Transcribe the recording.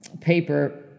paper